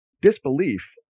disbelief